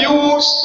use